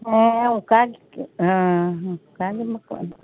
ᱦᱮᱸ ᱚᱱᱠᱟᱜᱮ ᱦᱮᱸ ᱚᱱᱠᱟᱜᱮ